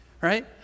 right